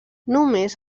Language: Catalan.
només